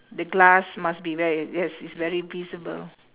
the glass must be ve~ yes is very visible